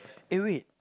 eh wait